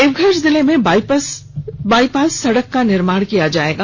देवघर जिले में बाइपास सड़क का निर्माण किया जायेगा